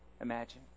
imagine